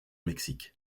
mexique